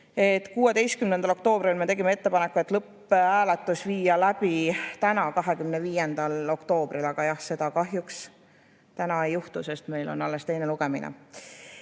16. oktoobril me tegime ettepaneku, et lõpphääletus viia läbi täna, 25. oktoobril, aga jah, seda täna kahjuks ei juhtu, sest meil on alles teine lugemine.